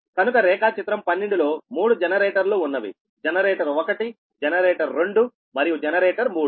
కనుక రేఖాచిత్రం 12 లో మూడు జనరేటర్లు ఉన్నవి జనరేటర్ 1 జనరేటర్ 2 మరియు జనరేటర్ 3